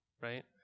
right